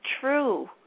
true